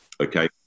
okay